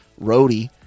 roadie